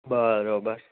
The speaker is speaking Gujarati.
બરાબર